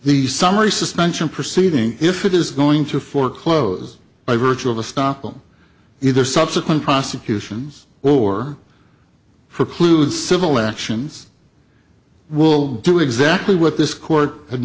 the summary suspension proceeding if it is going to foreclose by virtue of a stop them either subsequent prosecutions or for clues civil actions will do exactly what this court ad